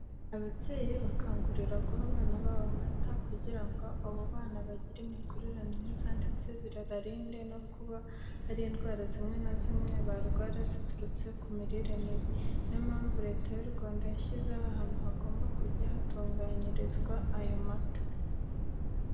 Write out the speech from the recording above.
Ababyeyi bakangurirwa guha abana babo amata kugira ngo abo bana bagire imikurire myiza ndetse bibarinde no kuba hari indwara zimwe na zimwe barwara ziturutse ku mirire mibi. Niyo mpamvu Leta y'u Rwanda yashyizeho ahantu hagomba kujya hatunganyirizwa ayo mata.